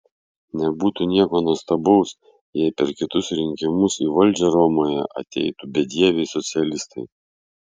nebūtų nieko nuostabaus jei per kitus rinkimus į valdžią romoje ateitų bedieviai socialistai